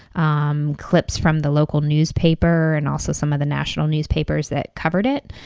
um clips from the local newspaper and also some of the national newspapers that covered it.